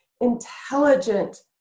intelligent